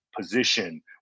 position